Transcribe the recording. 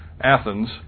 Athens